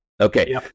Okay